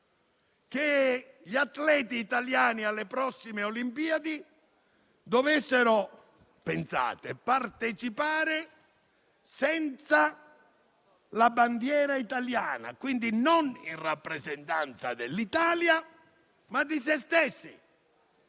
che gli atleti italiani alle prossime Olimpiadi partecipassero - pensate - senza la bandiera italiana; quindi non in rappresentanza dell'Italia, ma di se stessi.